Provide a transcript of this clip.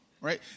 right